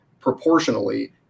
proportionally